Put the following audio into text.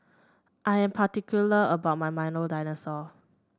I am particular about my Milo Dinosaur